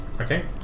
Okay